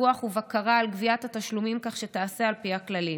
פיקוח ובקרה על גביית התשלומים כך שתיעשה על פי הכללים.